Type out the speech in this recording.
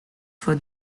for